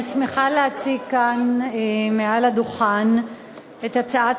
אני שמחה להציג כאן מעל הדוכן את הצעת